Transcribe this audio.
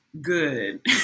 good